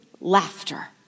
laughter